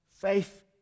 Faith